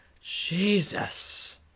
Jesus